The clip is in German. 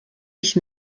ich